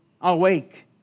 Awake